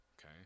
Okay